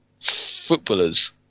footballers